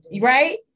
right